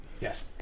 Yes